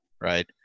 right